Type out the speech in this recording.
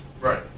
right